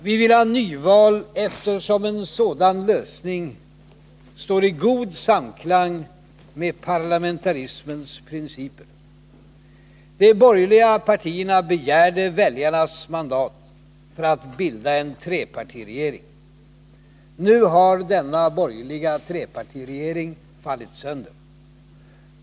Vi vill ha nyval, eftersom en sådan lösning står i god samklang med parlamentarismens principer. De borgerliga partierna begärde väljarnas mandat för att bilda en trepartiregering. Nu har denna borgerliga trepartiregering fallit sönder.